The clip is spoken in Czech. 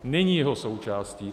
Není jeho součástí.